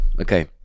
Okay